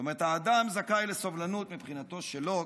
זאת אומרת, האדם זכאי לסובלנות, מבחינתו של לוק,